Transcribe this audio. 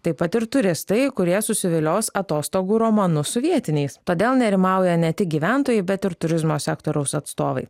taip pat ir turistai kurie susivilios atostogų romanu su vietiniais todėl nerimauja ne tik gyventojai bet ir turizmo sektoriaus atstovai